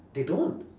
they don't